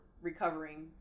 recovering